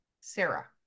Sarah